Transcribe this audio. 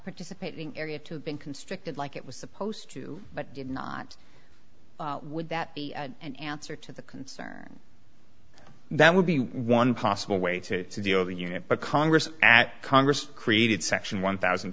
articipating area to been constructed like it was supposed to but did not would that be an answer to the concern that would be one possible way to c d o the unit but congress at congress created section one thousand